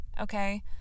Okay